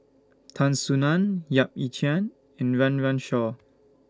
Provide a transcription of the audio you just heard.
Tan Soo NAN Yap Ee Chian and Run Run Shaw